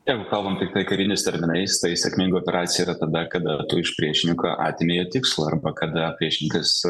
jeigu kalbam tiktai kariniais terminais tai sėkminga operacija yra tada kada tu iš priešininko atėmei tikslą arba kada priešininkas